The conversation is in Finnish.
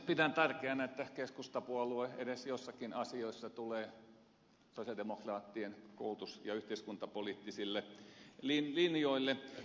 pidän tärkeänä että keskustapuolue edes joissakin asioissa tulee sosialidemokraattien koulutus ja yhteiskuntapoliittisille linjoille